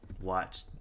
watch